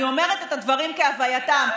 אני אומרת את הדברים כהווייתם.